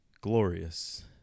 glorious